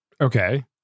Okay